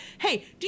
Hey